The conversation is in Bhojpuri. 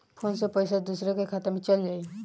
फ़ोन से पईसा दूसरे के खाता में चल जाई?